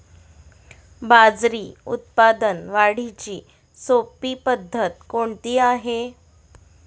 बाजरी उत्पादन वाढीची सोपी पद्धत कोणती आहे?